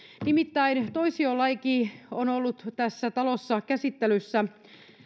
nimittäin toisiolaki on ollut tässä talossa käsittelyssä